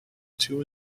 two